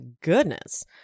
goodness